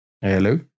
hello